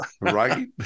Right